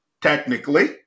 technically